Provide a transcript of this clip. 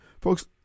Folks